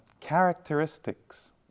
characteristics